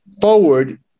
forward